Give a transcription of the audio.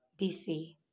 BC